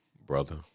brother